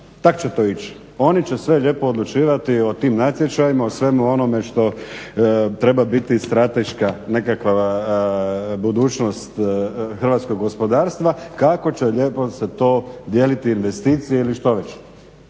Tako će to ići. Oni će sve lijepo odlučivati o tim natječajima, o svemu onome što treba biti strateška nekakva budućnost hrvatskog gospodarstva kako će lijepo se to dijeliti investicije ili što već.